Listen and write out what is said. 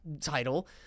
title